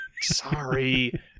Sorry